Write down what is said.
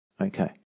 Okay